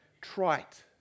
trite